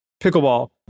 pickleball